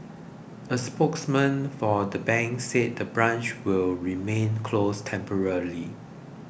a spokesman for the bank said the branch will remain closed temporarily